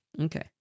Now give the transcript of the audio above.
Okay